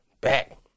back